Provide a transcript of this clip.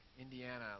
Indiana